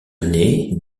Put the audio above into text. aîné